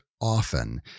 often